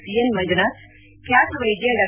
C N Manjunath ಖ್ಯಾತ ವೈದ್ಯೆ ಡಾ